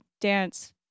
dance